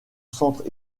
centre